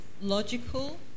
logical